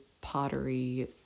pottery